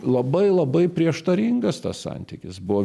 labai labai prieštaringas tas santykis buvo